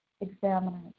Examiner